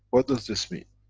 what does this mean?